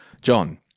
John